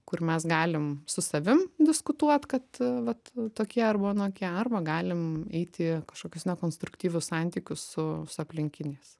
kur mes galim su savim diskutuot kad vat tokie arba anokie arba galim eiti kažkokius ne konstruktyvius santykius su su aplinkiniais